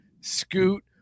Scoot